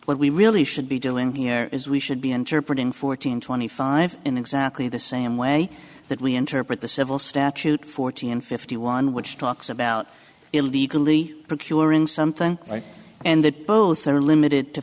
what we really i should be doing here is we should be interpreting fourteen twenty five in exactly the same way that we interpret the civil statute forty and fifty one which talks about illegally procuring something and that both are limited to